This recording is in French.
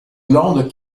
glandes